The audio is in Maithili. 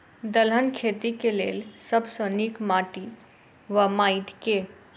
दलहन खेती केँ लेल सब सऽ नीक माटि वा माटि केँ?